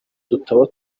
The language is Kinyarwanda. dutabo